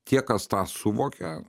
tie kas tą suvokia